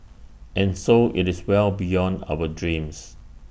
and so IT is well beyond our dreams